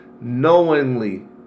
Knowingly